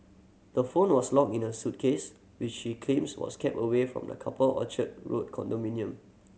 the phone was locked in her suitcase which she claims was kept away from the couple Orchard Road condominium